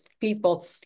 people